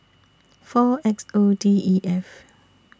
four X O D E F